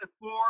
four